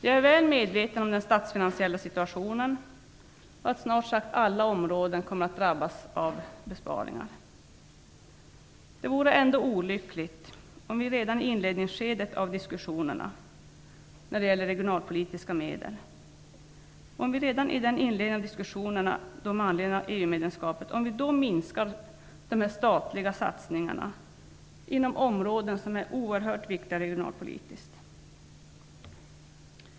Jag är väl medveten om den statsfinansiella situationen och att snart sagt alla områden kommer att drabbas av besparingar. Det vore ändå olyckligt om vi redan i inledningsskedet av diskussionerna när det gäller regionalpolitiska medel, minskar de statliga satsningarna inom områden som är regionalpolitiskt oerhört viktiga.